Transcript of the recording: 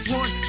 one